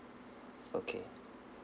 okay